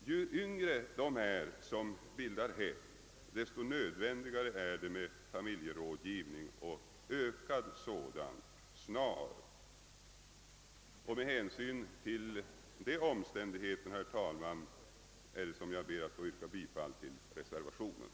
Ju yngre de människor är som bildar hem, desto nödvändigare är det med ökad och snabbt insatt familjerådgivning. Herr talman! Med det anförda ber jag att få yrka bifall till de vid denna punkt fogade reservationerna.